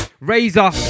Razor